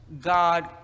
God